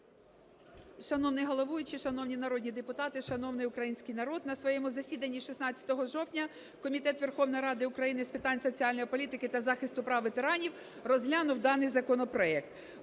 Шановний головуючий, шановні народні депутати, шановний український народ! На своєму засіданні 16 жовтня Комітет Верховної Ради України з питань соціальної політики та захисту прав ветеранів розглянув даний законопроект.